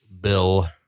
Bill